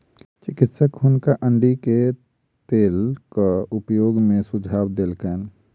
चिकित्सक हुनका अण्डी तेलक उपयोग के सुझाव देलकैन